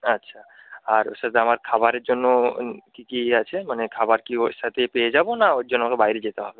আচ্ছা আর সাথে আমার খাবারের জন্য কী কী আছে মানে খাবার কি ওর সাথেই পেয়ে যাবো না ওর জন্য আমাকে বাইরে যেতে হবে